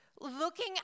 looking